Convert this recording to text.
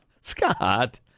Scott